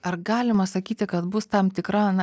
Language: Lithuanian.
ar galima sakyti kad bus tam tikra na